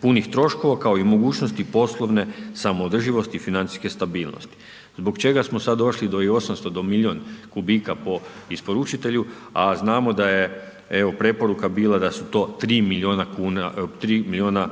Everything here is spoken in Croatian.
punih troškova kao i mogućnosti poslovne samoodrživosti i financijske stabilnosti. Zbog čega smo sad došli do ovih 800, do milijun kubika po isporučitelju a znamo da je evo preporuka bila da su to 3 milijuna